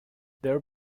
their